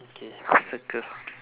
okay circle